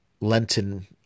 Lenten